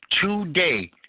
today